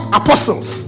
apostles